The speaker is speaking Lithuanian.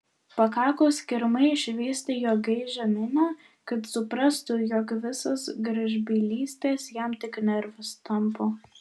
pakako skirmai išvysti jo gaižią miną kad suprastų jog visos gražbylystės jam tik nervus tampo